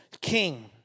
King